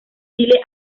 chile